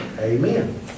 Amen